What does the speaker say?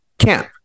camp